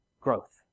growth